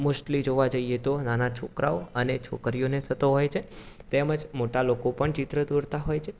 mostly જોવા જઈએ તો નાના છોકરાઓ અને છોકરીઓને થતો હોય છે તેમજ મોટા લોકો પણ ચિત્ર દોરતા હોય છે